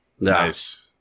Nice